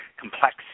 complex